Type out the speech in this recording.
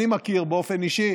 אני מכיר באופן אישי.